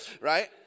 Right